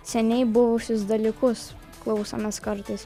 seniai buvusius dalykus klausomės kartais